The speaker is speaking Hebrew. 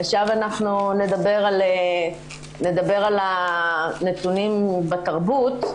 עכשיו אנחנו נדבר על הנתונים בתרבות.